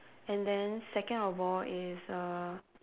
and then second of all is err